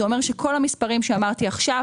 זה אומר שכל המספרים שאמרתי עכשיו,